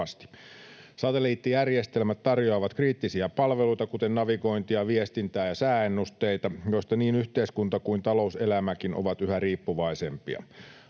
Satelliittijärjestelmät tarjoavat kriittisiä palveluita, kuten navigointia, viestintää ja sääennusteita, joista niin yhteiskunta kuin talouselämäkin ovat yhä riippuvaisempia.